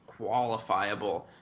qualifiable